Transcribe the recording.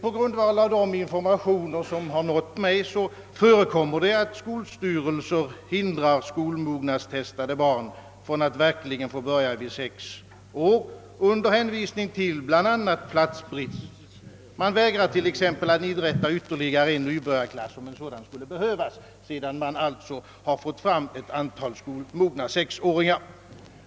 Enligt de informationer jag fått förekommer det, att skolstyrelser hindrar skolmognadstestade barn från att få börja skolan vid sex års ålder, bl.a. under hänvisning till platsbrist. Man vägrar t.ex. att inrätta ytterligare en nybörjarklass, om en sådan skulle behövas, sedan man fått fram ett antal skolmogna sexåringar.